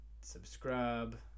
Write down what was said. Subscribe